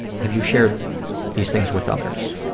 have you shared these things with others?